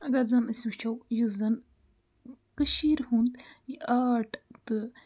اَگر زَن أسۍ وٕچھو یُس زَن کٔشیٖرِ ہُنٛد یہِ آٹ تہٕ